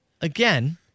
Again